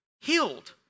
Healed